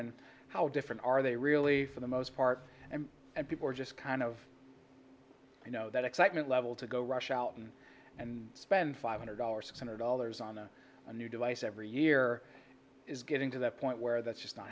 and how different are they really for the most part and people are just kind of you know that excitement level to go rush out and and spend five hundred dollars six hundred dollars on a new device every year is getting to that point where that's just not